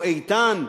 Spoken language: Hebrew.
הוא איתן,